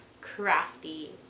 crafty